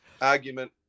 argument